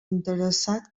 interessat